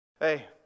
Hey